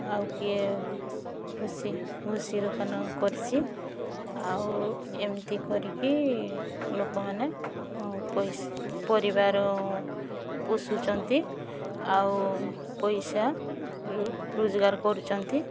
ଆଉ କିଏ ଭୁସି ଭୁସି ଦୋକାନ କରିଛି ଆଉ ଏମତି କରିକି ଲୋକମାନେ ପଇସା ପରିବାର ପୋଷୁଛନ୍ତି ଆଉ ପଇସା ରୋଜଗାର କରୁଛନ୍ତି